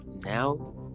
now